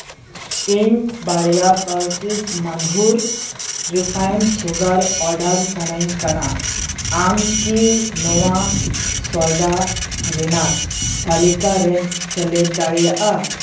ᱤᱧ ᱵᱟᱨᱭᱟ pouches Madhur refined sugar order ᱥᱟᱱᱟᱧ ᱠᱟᱱᱟ ᱟᱢ ᱠᱤ ᱱᱚᱣᱟ ᱥᱚᱭᱫᱟ ᱨᱮᱱᱟᱜ ᱛᱟᱞᱤᱠᱟ ᱨᱮᱢ ᱥᱮᱞᱮᱫ ᱫᱟᱲᱮᱭᱟᱜᱼᱟ